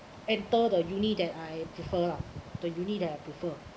enter the uni that I prefer lah the uni that I prefer